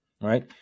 right